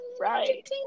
right